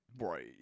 right